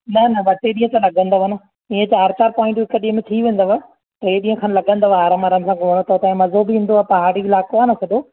न न ॿ टे ॾींहं त लॻंदव न इएं चारि चारि पोइंटियूं हिकु ॾींहं में थी वेंदव टे ॾींहं खनि लॻंदव आराम आराम सां घुमणो अथव त ऐं मज़ो बि ईंदो आहे पहाड़ी इलाइक़ो आहे न सॼो